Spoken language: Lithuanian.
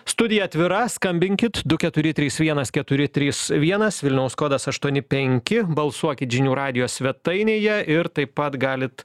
studija atvira skambinkit du keturi trys vienas keturi trys vienas vilniaus kodas aštuoni penki balsuokit žinių radijo svetainėje ir taip pat galit